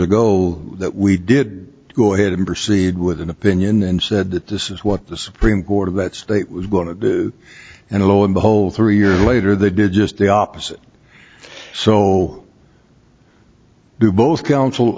ago that we did go ahead and proceed with an opinion and said that this is what the supreme court of that state was going to do and lo and behold three years later they did just the opposite so both